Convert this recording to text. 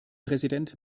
präsident